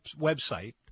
website